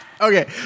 Okay